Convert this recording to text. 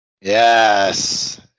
Yes